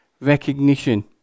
recognition